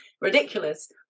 ridiculous